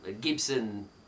Gibson